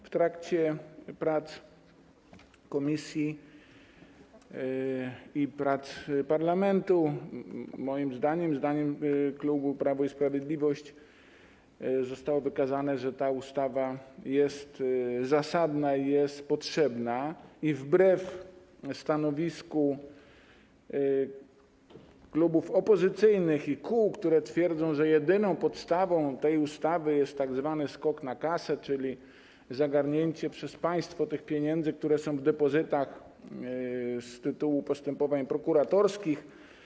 W trakcie prac komisji i prac parlamentu, moim zdaniem, zdaniem klubu Prawo i Sprawiedliwość, zostało wykazane, że ta ustawa jest zasadna i potrzebna, wbrew stanowisku klubów i kół opozycyjnych, które twierdzą, że jedyną intencją tej ustawy jest tzw. skok na kasę, czyli zagarnięcie przez państwo tych pieniędzy, które są w depozytach z tytułu postępowań prokuratorskich.